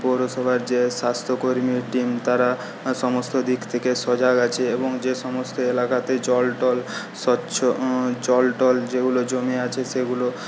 পৌরসভার যে স্বাস্থ্যকর্মীর টিম তারা সমস্ত দিক থেকে সজাগ আছে এবং যে সমস্ত এলাকাতে জলটল স্বচ্ছ জলটল যেগুলো জমে আছে সেগুলো